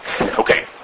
Okay